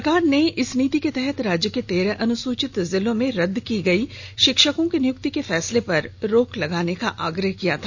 सरकार ने इस नीति के तहत राज्य के तेरह अनुसूचित जिलों में रदद की गई शिक्षकों की नियुक्ति के फैसले पर रोक लगाने का आग्रह किया है